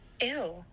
Ew